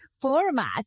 format